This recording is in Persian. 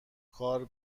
کار